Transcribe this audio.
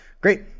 Great